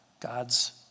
God's